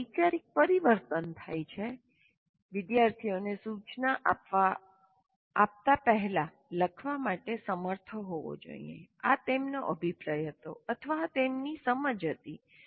જ્યારે વૈચારિક પરિવર્તન થાય છે વિદ્યાર્થીએ સૂચના આપતા પહેલાં લખવા માટે સમર્થ હોવો જોઈએ આ તેમનો અભિપ્રાય હતો અથવા આ તેમની સમજ હતી